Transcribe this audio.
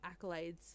accolades